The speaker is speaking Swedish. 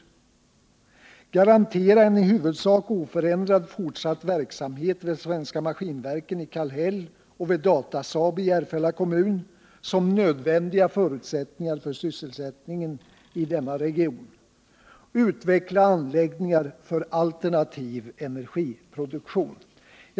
Garantera en i huvudsak oförändrad fortsatt verksamhet vid Svenska Maskinverken i Kallhäll och vid Datasaab i Järfälla kommun som nödvändiga förutsättningar för sysselsättning i denna region. Utveckla anläggningar för alternativ energiproduktion.